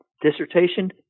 dissertation